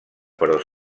però